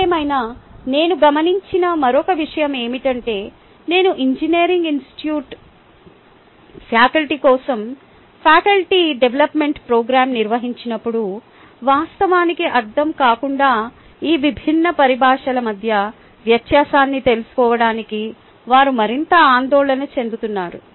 ఏదేమైనా నేను గమనించిన మరొక విషయం ఏమిటంటే నేను ఇంజనీరింగ్ ఇన్స్టిట్యూట్ ఫ్యాకల్టీ కోసం ఫ్యాకల్టీ డెవలప్మెంట్ ప్రోగ్రాం నిర్వహించినప్పుడు వాస్తవానికి అర్ధం కాకుండా ఈ విభిన్న పరిభాషల మధ్య వ్యత్యాసాన్ని తెలుసుకోవడానికి వారు మరింత ఆందోళన చెందుతున్నారు